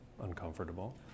uncomfortable